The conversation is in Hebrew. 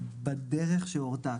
בדרך שהורתה.